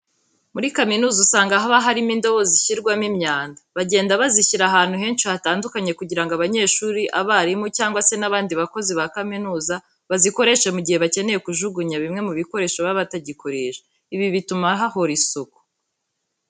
Muri kaminuza usanga haba harimo indobo zishyirwamo imyanda. Bagenda bazishyira ahantu henshi hatandukanye kugira ngo abanyeshuri, abarimu cyangwa se n'abandi bakozi ba kaminuza bazikoreshe mu gihe bakeneye nko kujugunya bimwe mu bikoresho baba batagikoresha. Ibi bituma hahora isuku.